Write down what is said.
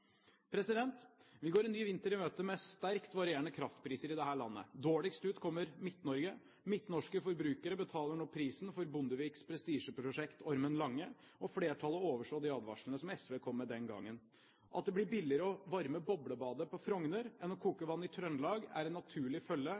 rensing. Vi går en ny vinter i møte med sterkt varierende kraftpriser i dette landet. Dårligst ut kommer Midt-Norge. Midtnorske forbrukere betaler nå prisen for Bondeviks prestisjeprosjekt Ormen Lange, og flertallet overså de advarslene som SV kom med den gangen. At det blir billigere å varme boblebadet på Frogner enn å koke vann i Trøndelag, er en naturlig følge